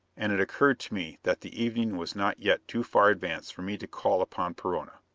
and it occurred to me that the evening was not yet too far advanced for me to call upon perona.